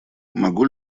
могу